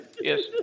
yes